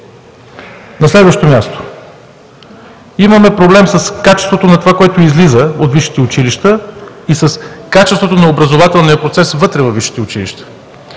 На следващо място, имаме проблем с качеството на това, което излиза от висшите училища, и с качеството на образователния процес вътре във висшите училища.